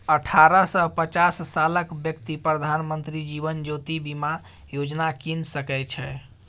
अठारह सँ पचास सालक बेकती प्रधानमंत्री जीबन ज्योती बीमा योजना कीन सकै छै